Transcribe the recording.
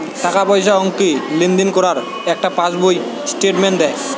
টাকা পয়সা ব্যাংকে লেনদেন করলে একটা পাশ বইতে স্টেটমেন্ট দেয়